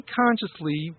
consciously